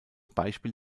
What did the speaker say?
beispiel